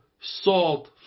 salt